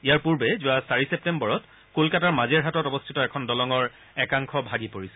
ইয়াৰ পূৰ্বে যোৱা চাৰি ছেপ্তেম্বৰত কলকাতাৰ মাজেৰহাটত অৱস্থিত এখন দলঙৰ একাংশ ভাগি পৰিছিল